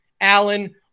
Allen